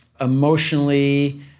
emotionally